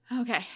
Okay